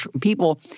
people